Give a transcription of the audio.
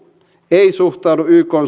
ei suhtaudu ykn